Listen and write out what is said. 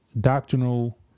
doctrinal